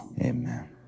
Amen